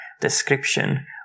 description